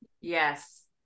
yes